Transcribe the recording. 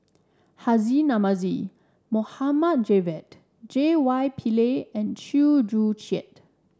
Haji Namazie Mohd Javad J Y Pillay and Chew Joo Chiat